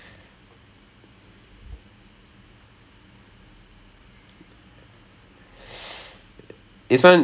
then they were like they were like brother performance பண்ண போறோம்:panna poroam quality quality then I was like dey புரிஞ்சுகிட்டு நடந்துக்கோங்கே:purinjukittu nadanthukkongae dah